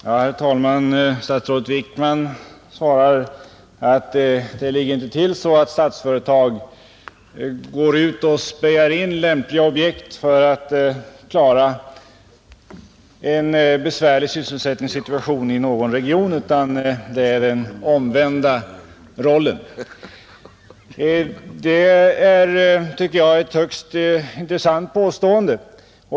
Herr talman! Statsrådet Wickman svarar att det inte ligger till så att Statsföretag går ut och spejar in lämpliga objekt för att klara en besvärlig sysselsättningssituation i någon region, utan förhållandet är det omvända, Det är ett högst intressant påstående.